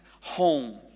home